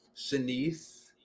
Shanice